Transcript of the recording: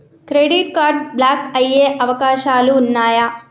Credit card block అయ్యే అవకాశాలు ఉన్నయా?